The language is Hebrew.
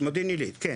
מודיעין עילית, כן.